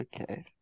Okay